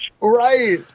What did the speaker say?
Right